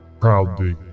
proudly